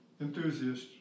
enthusiast